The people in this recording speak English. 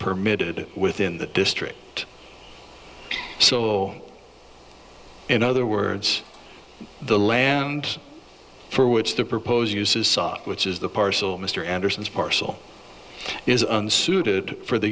permitted within that district so in other words the land for which the proposed use is soft which is the parcel mr anderson's parcel is unsuited for the